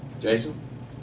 Jason